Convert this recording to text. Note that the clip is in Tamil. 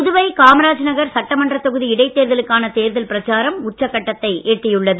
புதுவை காமராஜர் நகர் சட்டமன்றத் தொகுதி இடைத் தேர்தலுக்கான தேர்தல் பிரச்சாரம் உச்சக்கட்டத்தை எட்டியுள்ளது